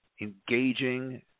engaging